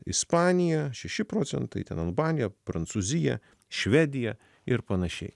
ispanija šeši procentai ten albanija prancūzija švedija ir panašiai